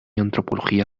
antropología